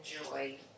enjoy